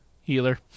healer